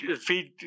feed